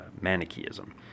Manichaeism